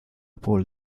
pole